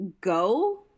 go